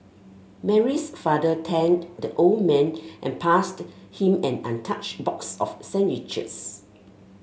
Mary's father thanked the old man and passed him an untouched box of sandwiches